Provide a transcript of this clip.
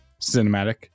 Cinematic